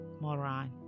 Moran